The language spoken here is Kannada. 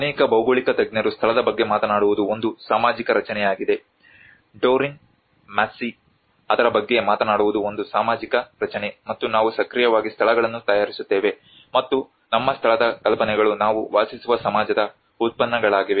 ಅನೇಕ ಭೌಗೋಳಿಕ ತಜ್ಞರು ಸ್ಥಳದ ಬಗ್ಗೆ ಮಾತನಾಡುವುದು ಒಂದು ಸಾಮಾಜಿಕ ರಚನೆಯಾಗಿದೆ ಡೋರೀನ್ ಮಾಸ್ಸಿ ಅದರ ಬಗ್ಗೆ ಮಾತನಾಡುವುದು ಒಂದು ಸಾಮಾಜಿಕ ರಚನೆ ಮತ್ತು ನಾವು ಸಕ್ರಿಯವಾಗಿ ಸ್ಥಳಗಳನ್ನು ತಯಾರಿಸುತ್ತೇವೆ ಮತ್ತು ನಮ್ಮ ಸ್ಥಳದ ಕಲ್ಪನೆಗಳು ನಾವು ವಾಸಿಸುವ ಸಮಾಜದ ಉತ್ಪನ್ನಗಳಾಗಿವೆ